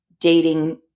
dating